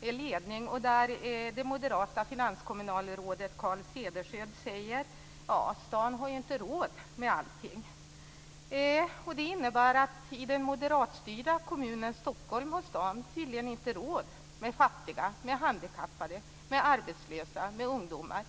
ledning och där det moderata finanskommunalrådet Carl Cederschiöld säger att staden inte har råd med allting. Det innebär att man i den moderatstyrda kommunen Stockholm tydligen inte har råd med fattiga, handikappade, arbetslösa och ungdomar.